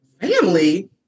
Family